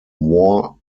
war